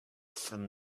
from